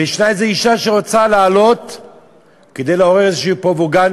וישנה איזו אישה שרוצה לעלות כדי לעורר איזה פרופגנדה,